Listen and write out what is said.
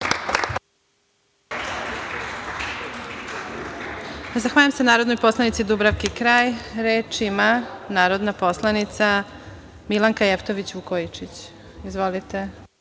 Zahvaljujem se narodnoj poslanici Dubravki Kralj. Reč ima narodna poslanica Milanka Jevtović Vukojičić. **Milanka